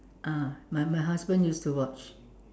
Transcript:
ah my my husband used to watch